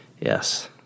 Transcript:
Yes